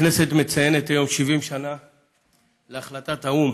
הכנסת מציינת היום 70 שנה להחלטת האו"ם